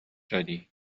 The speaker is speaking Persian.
دادی